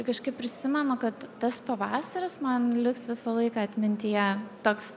ir kažkaip prisimenu kad tas pavasaris man liks visą laiką atmintyje toks